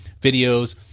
videos